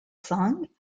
song